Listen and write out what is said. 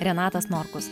renatas norkus